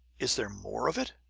is there more of it?